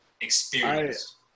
experience